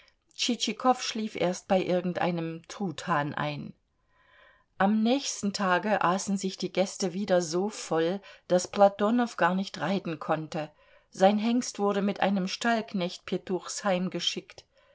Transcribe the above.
tschitschikow schlief erst bei irgendeinem truthahn ein am nächsten tage aßen sich die gäste wieder so voll daß platonow gar nicht reiten konnte sein hengst wurde mit einem stallknecht pjetuchs heimgeschickt